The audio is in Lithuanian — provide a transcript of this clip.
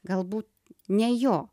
galbū ne jo